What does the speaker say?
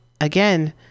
again